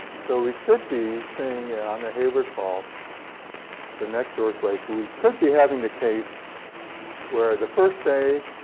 so we could be saying that, and on the hayward fault the next earthquake, where we could be having the case where the first day,